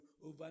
over